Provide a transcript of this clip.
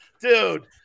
Dude